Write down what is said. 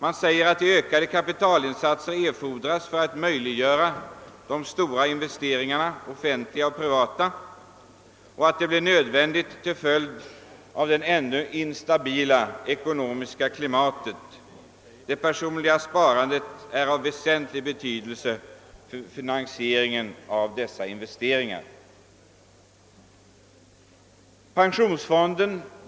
Man framhåller att ökade kapitalinsatser erfordras för att möjliggöra de stora offentliga och privata investeringarna och att sparandet är nödvändigt till följd av att det ekonomiska klimatet ännu är instabilt. Det personliga sparandet är av väsentlig betydelse för finansieringen av investeringarna.